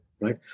Right